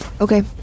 Okay